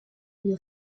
une